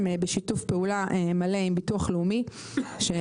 זה מתבצע בשיתוף פעולה מלא עם ביטוח לאומי שחבריו